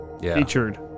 featured